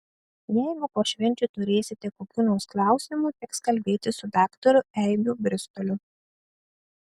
jeigu po švenčių turėsite kokių nors klausimų teks kalbėtis su daktaru eibių bristoliu